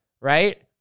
right